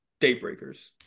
daybreakers